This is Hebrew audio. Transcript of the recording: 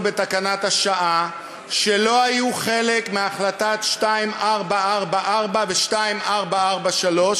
בתקנת השעה שלא היו חלק מהחלטות 2444 ו-2443,